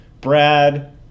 Brad